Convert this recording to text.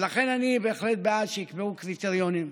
לכן, אני בהחלט בעד שיקבעו קריטריונים.